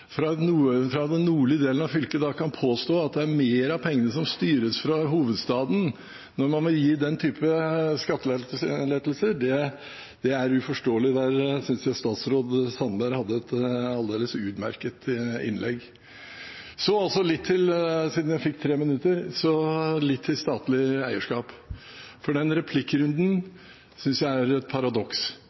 fra den nordlige delen av landet da kan påstå at mer av pengene styres fra hovedstaden, når man vil gi den type skattelettelser, er uforståelig. Der synes jeg statsråd Sandberg hadde et aldeles utmerket innlegg. Så litt om statlig eierskap. Replikkrunden synes jeg var et paradoks – når man prøver å gjøre politikk ut av noe som er et